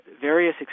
various